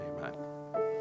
Amen